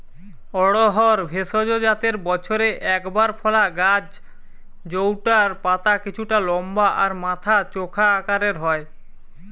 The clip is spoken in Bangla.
অড়হর ভেষজ জাতের বছরে একবার ফলা গাছ জউটার পাতা কিছুটা লম্বা আর মাথা চোখা আকারের হয়